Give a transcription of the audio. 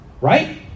Right